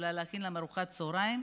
אולי להכין לו ארוחת צוהריים,